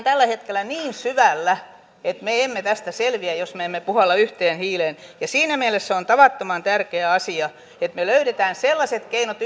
tällä hetkellä niin syvällä että me emme tästä selviä jos me emme puhalla yhteen hiileen siinä mielessä on tavattoman tärkeä asia että me myöskin löydämme yhdessä sellaiset keinot